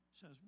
says